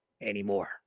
anymore